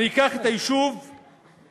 אני אקח את היישוב ירכא,